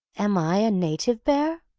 am i a native bear?